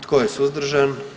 Tko je suzdržan?